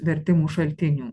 vertimų šaltinių